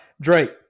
Drake